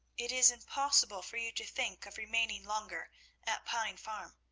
it is impossible for you to think of remaining longer at pine farm.